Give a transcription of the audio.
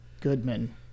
Goodman